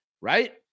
right